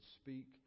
speak